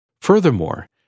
Furthermore